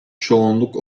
çoğunluk